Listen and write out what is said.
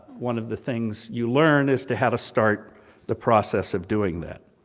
one of the things you learn is to how to start the process of doing that.